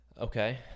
Okay